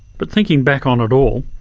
but thinking back on it all,